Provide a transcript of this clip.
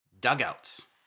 Dugouts